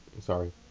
Sorry